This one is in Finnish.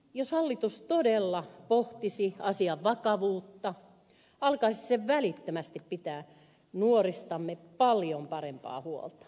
jos hallitus todella pohtisi asian vakavuutta alkaisi se välittömästi pitää nuoristamme paljon parempaa huolta